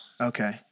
Okay